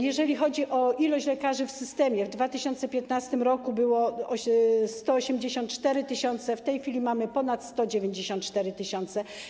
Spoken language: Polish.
Jeżeli chodzi o ilość lekarzy w systemie, w 2015 r. było ich 184 tys., w tej chwili ponad 194 tys.